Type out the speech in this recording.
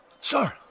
Sir